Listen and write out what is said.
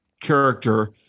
character